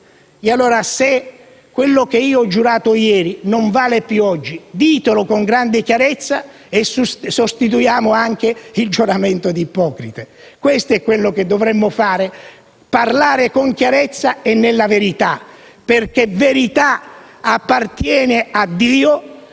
dalla morte. Se quello che ho giurato ieri non vale più oggi, ditelo con grande chiarezza e sostituiamo anche il giuramento di Ippocrate. Questo è quanto dovremmo fare: dovremmo parlare con chiarezza e nella verità, perché la verità appartiene a Dio;